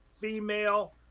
female